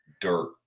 dirt